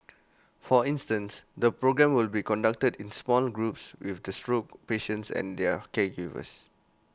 for instance the programme will be conducted in small groups with the stroke patients and their caregivers